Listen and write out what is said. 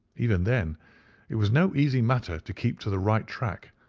even then it was no easy matter to keep to the right track,